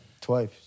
twice